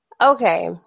Okay